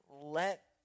let